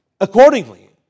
Accordingly